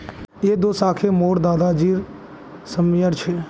यह दो शाखए मोर दादा जी समयर छे